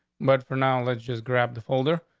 but for now, let's just grab the folder.